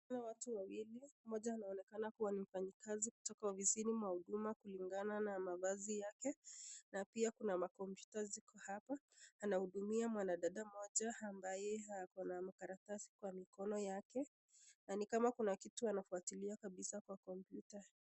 Naona watu wawili. Mmoja anaonekana kua ni mfanyikazi kutoka ofisini mwa huduma kulingana na mavazi yake na pia kuna makompyuta ziko hapa. Anahudumia mwanadada mmoja ambaye akona makaratasi kwa mikono yake na ni kama kuna kitu anafuatilia kabisa kwa kompyuta .